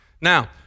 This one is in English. Now